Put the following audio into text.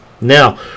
now